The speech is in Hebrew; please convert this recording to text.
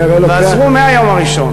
הרי אני לוקח את, ועזרו מהיום הראשון.